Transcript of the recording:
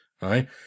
right